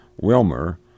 Wilmer